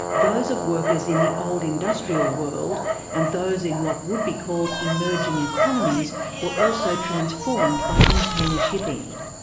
those of workers in the old industrial world and those in what would be called emerging economies were also transformed by container shipping.